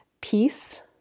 peace